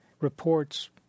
reports